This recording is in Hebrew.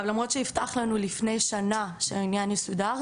אבל למרות שהובטח לנו לפני שנה שהעניין יסודר,